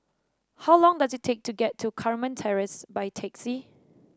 how long does it take to get to Carmen Terrace by taxi